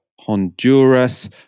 Honduras